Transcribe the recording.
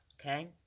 okay